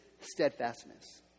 steadfastness